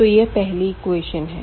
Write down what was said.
तो यह पहली इक्वेशन है